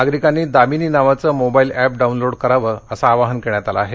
नागरिकांनी दामिनी नावाचं mobile app download करण्याचं आवाहन करण्यात आलं आहे